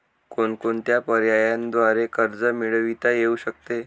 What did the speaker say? कोणकोणत्या पर्यायांद्वारे कर्ज मिळविता येऊ शकते?